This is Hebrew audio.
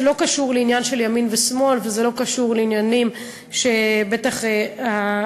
זה לא קשור לעניין של ימין ושמאל וזה לא קשור לעניינים שבטח החברים,